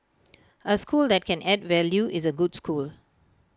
A school that can add value is A good school